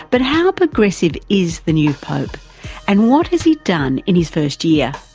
but how progressive is the new pope and what has he done in his first year?